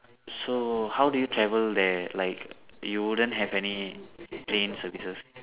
so how do you travel there like you wouldn't have any plane services